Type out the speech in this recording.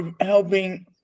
helping